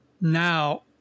now